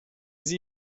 sie